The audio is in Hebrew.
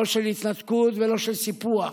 לא של התנתקות ולא של סיפוח.